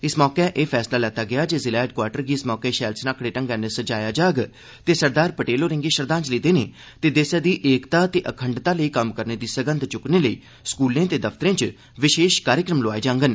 इस मौके एह् फैसला लैता गेआ जे जिला हैडक्वार्टर गी इस मौके शैल स्नाकड़े ढंग्गै नै सजाया जाग ते सरदार पटेल होरें गी श्रद्दांजलि देने ते देसै दी एकता ते अखंडता लेई कम्म करने दी सगंध चुक्कने लेई स्कूलें ते दफ्तरें च विशेष कार्यक्रम लोआए जाडन